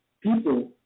people